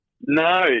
No